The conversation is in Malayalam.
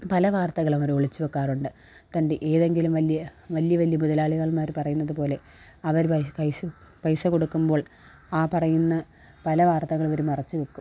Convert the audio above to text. പല വാര്ത്തകളും അവര് ഒളിച്ചു വെക്കാറുണ്ട് തന്റെ ഏതെങ്കിലും വലിയ വലിയ വലിയ മുതലാളികൾമാര് പറയുന്നതുപോലെ അവര് പൈസ കൊടുക്കുമ്പോള് ആ പറയുന്ന പല വാര്ത്തകളും അവർ മറച്ചുവെക്കും